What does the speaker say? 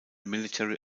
military